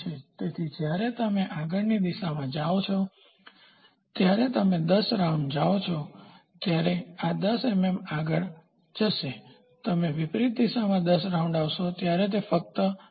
તેથી જ્યારે તમે આગળની દિશામાં જાઓ છો ત્યારે જ્યારે તમે 10 રાઉન્ડ જાઓ છો ત્યારે તે 10 મીમી આગડ જશે ફરે છે જ્યારે તમે વિપરીત દિશામાં 10 રાઉન્ડ આવશે ત્યારે તે ફક્ત 9